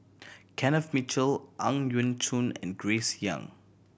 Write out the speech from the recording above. Kenneth Mitchell Ang Yau Choon and Grace Young